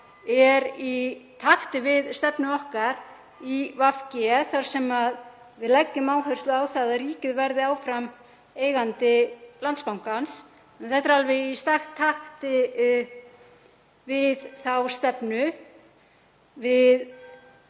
er í takti við stefnu okkar í VG þar sem við leggjum áherslu á að ríkið verði áfram eigandi Landsbankans. Þetta er alveg í takti við þá stefnu. Við